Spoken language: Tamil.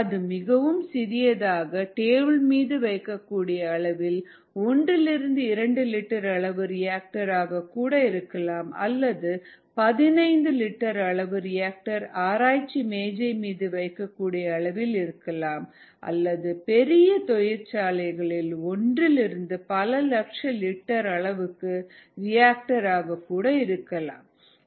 அது மிகவும் சிறியதாக டேபிள் மீது வைக்க கூடிய அளவில் ஒன்றிலிருந்து இரண்டு லிட்டர் அளவு ரியாக்டர் ஆக கூட இருக்கலாம் அல்லது 15 லிட்டர் அளவு ரியாக்டர் ஆராய்ச்சி மேஜை மீது வைக்கக்கூடிய அளவில் அல்லது பெரிய தொழிற்சாலைகளில் ஒன்றிலிருந்து பல லட்ச லிட்டர் அளவுள்ள ரியாக்டர் ஆக கூட இருக்கலாம்